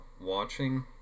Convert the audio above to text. watching